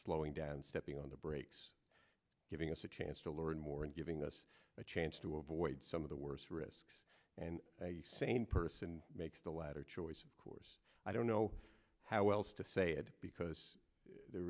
slowing down stepping on the brakes giving us a chance to learn more and giving us a chance to avoid some of the worse risks and the same person makes the latter choice of course i don't know how else to say it because the